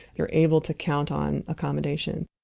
you're able to count on accommodation.